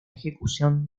ejecución